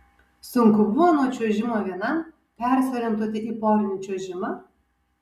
sunku buvo nuo čiuožimo vienam persiorientuoti į porinį čiuožimą